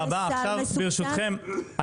עכשיו ברשותכם,